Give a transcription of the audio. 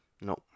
No